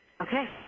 okay